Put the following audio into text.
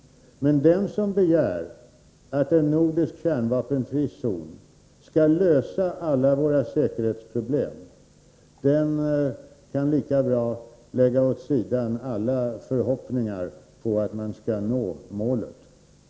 Men den som hävdar att en kärnvapenfri zon skall lösa alla våra säkerhetspolitiska problem, kan lika gärna lägga åt sidan alla förhoppningar om att nå målet.